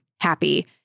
happy